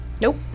Nope